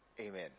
amen